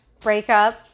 breakup